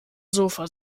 sofa